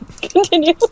Continue